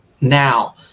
now